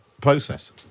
process